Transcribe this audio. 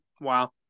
Wow